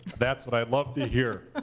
that's what i'd love to hear.